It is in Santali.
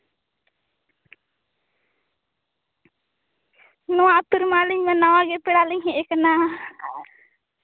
ᱱᱚᱣᱟ ᱟᱹᱛᱩ ᱨᱮᱢᱟ ᱱᱟᱣᱟ ᱜᱮ ᱯᱮᱲᱟᱞᱤᱧ ᱦᱮᱡ ᱠᱟᱱᱟ